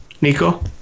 Nico